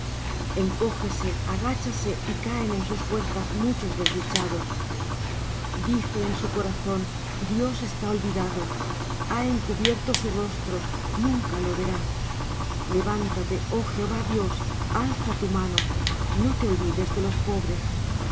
encógese agáchase y caen en sus fuerzas muchos desdichados dice en su corazón dios está olvidado ha encubierto su rostro nunca lo verá levántate oh jehová dios alza tu mano no te olvides de los pobres